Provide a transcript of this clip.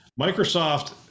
Microsoft